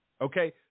Okay